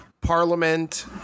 parliament